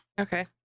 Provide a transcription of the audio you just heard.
Okay